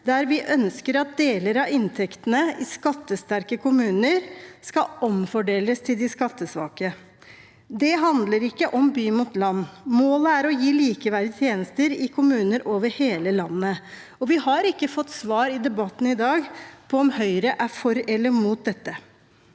der vi ønsker at deler av inntektene i skattesterke kommuner skal omfordeles til de skattesvake. Det handler ikke om by mot land. Målet er å gi likeverdige tjenester i kommuner over hele landet, og vi har ikke fått svar i debatten i dag på om Høyre er for eller mot dette.